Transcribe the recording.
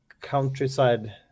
Countryside